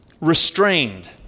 restrained